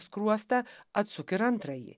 skruostą atsuk ir antrąjį